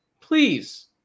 please